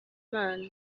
imana